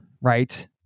Right